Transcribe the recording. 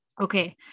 okay